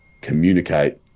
communicate